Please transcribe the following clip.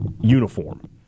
uniform